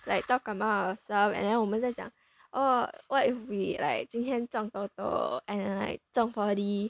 and then 来到感冒的 uh and then what if we like 我们在讲 or what we like 今天中 Toto and then like 中 four d